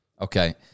Okay